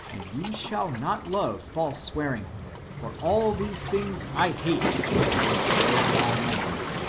and ye shall not love false swearing for all these things i hate, saith the lord almighty.